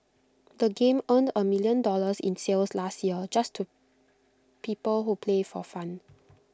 the game earned A million dollars in sales last year just to people who play for fun